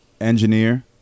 engineer